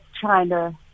China